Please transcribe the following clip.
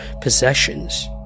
possessions